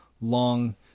long